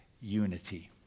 unity